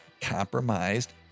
compromised